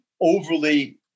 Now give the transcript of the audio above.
overly